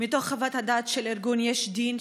מתוך חוות הדעת של ארגון יש דין,